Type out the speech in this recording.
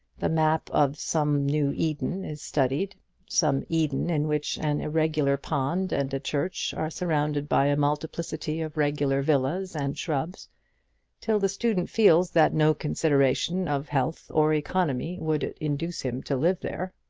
the map of some new eden is studied some eden in which an irregular pond and a church are surrounded by a multiplicity of regular villas and shrubs till the student feels that no consideration of health or economy would induce him to live there.